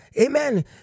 Amen